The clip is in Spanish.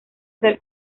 ser